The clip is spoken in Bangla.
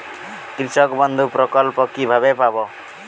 কৃষকবন্ধু প্রকল্প কিভাবে পাব?